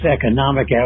economic